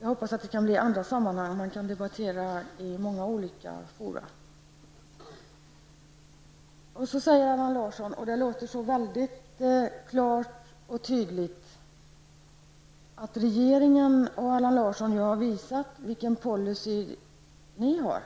Jag hoppas att det kan bli i andra sammanhang. Man kan debattera i många olika fora. Allan Larsson säger, och det låter så klart och tydligt, att regeringen och Allan Larsson har visat vilken policy de har.